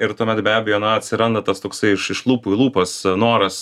ir tuomet be abejo na atsiranda tas toksai iš iš lūpų į lūpas noras